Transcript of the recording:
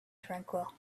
tranquil